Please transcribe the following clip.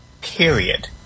period